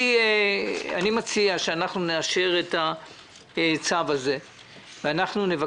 אני מציע שאנחנו נאשר את הצו הזה ונבקש